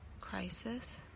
crisis